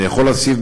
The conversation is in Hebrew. אני יכול להוסיף,